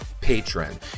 patron